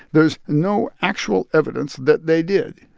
there is no actual evidence that they did.